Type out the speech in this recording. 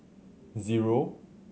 zero